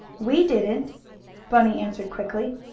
we didn't! bunny answered quickly.